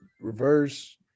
reverse